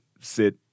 sit